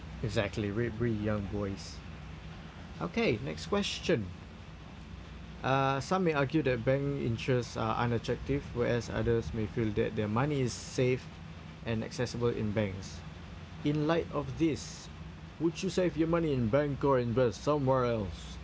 exactly we're pretty young boys okay next question uh some may argue that bank interest are unattractive whereas others may feel that their money is safe and accessible in banks in light of this would you save your money in bank or invest somewhere else